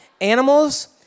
Animals